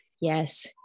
yes